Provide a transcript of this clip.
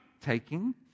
taking